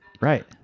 Right